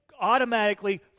automatically